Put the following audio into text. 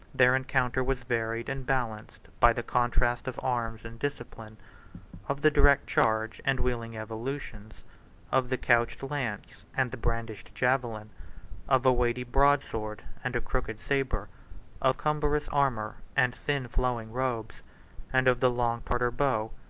their encounter was varied, and balanced by the contrast of arms and discipline of the direct charge, and wheeling evolutions of the couched lance, and the brandished javelin of a weighty broadsword, and a crooked sabre of cumbrous armor, and thin flowing robes and of the long tartar bow,